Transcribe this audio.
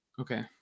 Okay